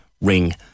Ring